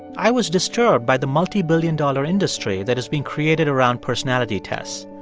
i was disturbed by the multibillion-dollar industry that has been created around personality tests.